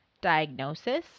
Diagnosis